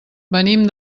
venim